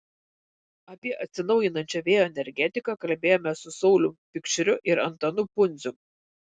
apie atsinaujinančią vėjo energetiką kalbėjome su saulium pikšriu ir antanu pundzium